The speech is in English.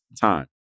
time